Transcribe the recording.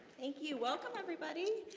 thank you, welcome everybody.